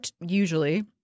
usually